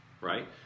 right